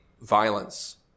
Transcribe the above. violence